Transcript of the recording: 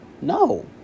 No